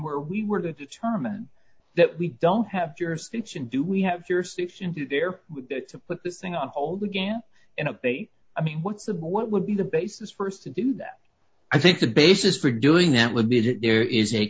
where we were determined that we don't have jurisdiction do we have jurisdiction to there to put this thing on hold again in a way i mean what's the more what would be the basis for us to do that i think the basis for doing that would be that there is a